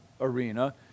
arena